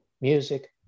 music